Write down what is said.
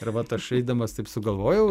ir vat aš eidamas taip sugalvojau